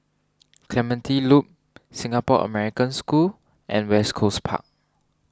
Clementi Loop Singapore American School and West Coast Park